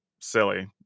silly